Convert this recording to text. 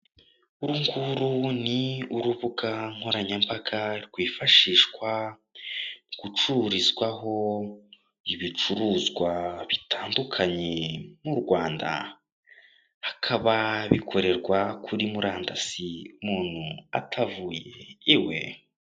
Uru nguru ni urubuga nkoranyambaga rwifashishwa gucururizwaho ibicuruzwa bitandukanye mu Rwanda. Akaba bikorerwa kuri murandasi, umuntu atavuye iwe.